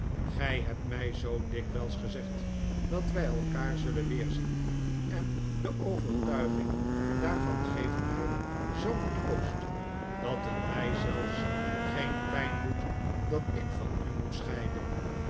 gij hebt mij zoo dikwijls gezegd dat wij elkaar zullen weerzien en de overtuiging daarvan geeft mij zoo'n troost dat het mij zelfs geen pijn doet dat ik van u moet scheiden